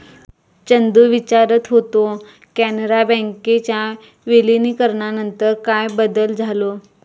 चंदू विचारत होतो, कॅनरा बँकेच्या विलीनीकरणानंतर काय बदल झालो?